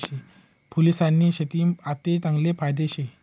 फूलेस्नी शेतीमा आते चांगला फायदा शे